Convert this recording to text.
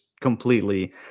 Completely